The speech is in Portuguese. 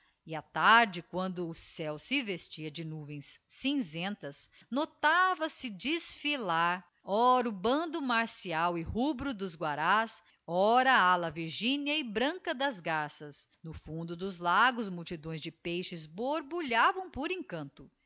e á tarde quando o céo se vestia de nuvens cinzentas notava se desfilar ora o bando marcial e rubro dos guarás ora a ala virgínea e branca das garças no fundo dos lagos multidões de peixes borbulhavam por encanto